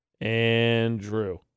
Andrew